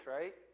right